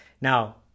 now